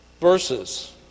verses